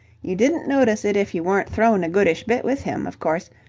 you didn't notice it if you weren't thrown a goodish bit with him, of course,